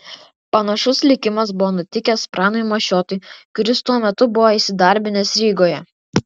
panašus likimas buvo nutikęs pranui mašiotui kuris tuo metu buvo įsidarbinęs rygoje